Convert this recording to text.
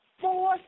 four